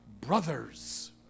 brothers